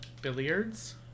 Billiards